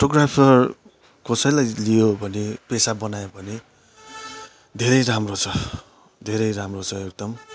photographer कसैलाई लियो भने पेसा बनायो भने धेरै राम्रो छ धेरै राम्रो छ एकदम